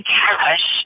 cash